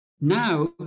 Now